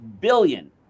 billion